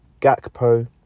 Gakpo